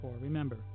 Remember